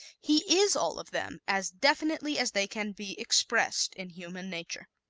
he is all of them as definitely as they can be expressed in human nature.